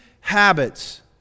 habits